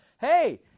hey